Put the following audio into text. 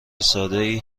سادهای